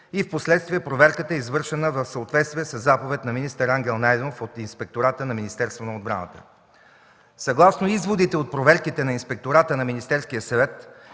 и впоследствие проверката, извършена в съответствие със заповед на министър Ангел Найденов от Инспектора на Министерството на отбраната. Съгласно изводите от проверките на Инспектора на Министерския съвет